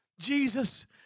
Jesus